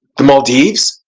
the maldives?